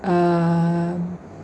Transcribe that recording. um